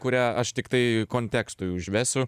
kurią aš tiktai kontekstui užvesiu